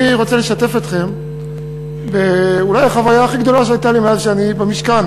אני רוצה לשתף אתכם אולי בחוויה הכי גדולה שהייתה לי מאז שאני במשכן: